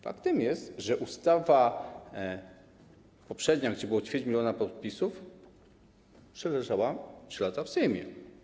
Faktem jest, że ustawa poprzednia, pod którą było ćwierć miliona podpisów, przeleżała 3 lata w Sejmie.